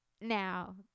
Now